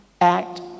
act